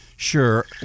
Sure